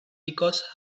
because